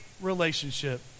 relationship